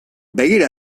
begira